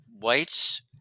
whites